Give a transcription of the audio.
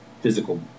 physical